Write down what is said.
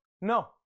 No